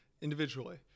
individually